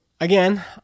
again